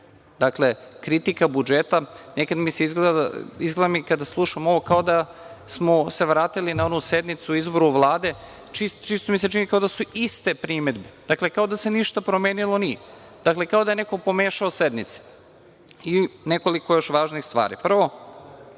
šta je kritika ovog budžeta. Dakle, kritika budžeta, izgleda mi kada slušam ovo kao da smo se vratili na onu sednicu o izboru Vlade, čini mi se da su iste primedbe, dakle, kao da se ništa promenilo nije, kao da je neko pomešao sednice. Nekoliko još važnih stvari.